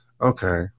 Okay